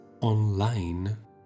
online